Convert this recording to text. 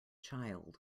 child